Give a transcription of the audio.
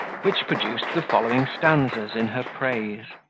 which produced the following stanzas in her praise